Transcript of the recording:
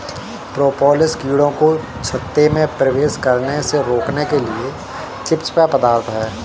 propolis कीड़ों को छत्ते में प्रवेश करने से रोकने के लिए चिपचिपा पदार्थ है